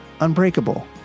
unbreakable